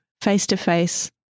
face-to-face